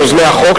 יוזמי החוק,